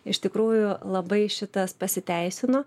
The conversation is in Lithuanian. iš tikrųjų labai šitas pasiteisino